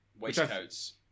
Waistcoats